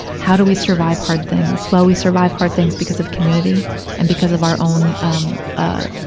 how do we survive hard things? well, we survive hard things because of community and because of our own, um, ah,